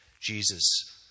Jesus